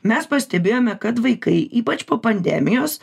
mes pastebėjome kad vaikai ypač po pandemijos